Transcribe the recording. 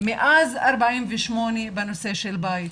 מאז 1948 בנושא של בית.